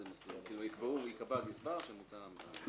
יקבעו או ייקבע גזבר --- לא,